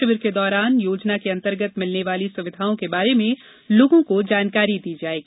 शिविर के दौरान योजना के अंतर्गत मिलने वाली सुविधाओं के बारे में लोगों को जानकारी दी जाएगी